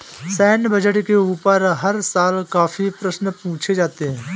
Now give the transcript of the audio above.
सैन्य बजट के ऊपर हर साल काफी प्रश्न पूछे जाते हैं